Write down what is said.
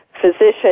physician